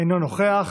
אינו נוכח.